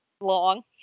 Long